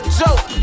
joke